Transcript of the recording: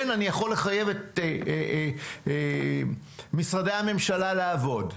כן אני יכול לחייב את משרדי הממשלה לעבוד.